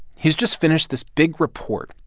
he's just finished this big report.